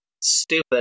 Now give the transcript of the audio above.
stupid